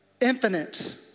infinite